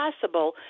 possible